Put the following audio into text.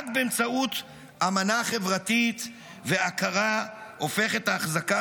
רק באמצעות אמנה חברתית והכרה הופכת ההחזקה